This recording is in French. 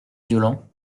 violent